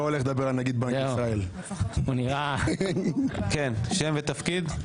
כן, שם ותפקיד.